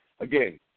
Again